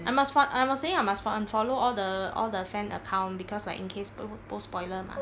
I must f~ I was saying I must f~ unfollow all the all the fan account because like in case pur~ pol~ post spoiler mah